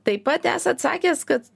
taip pat esat sakęs kad